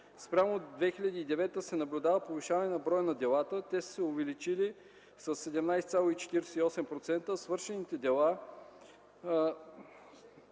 Спрямо 2009 г се наблюдава повишаване на броя на делата – те са се увеличили с 17,48%, а свършените дела